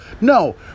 No